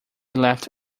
left